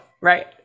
right